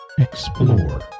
Explore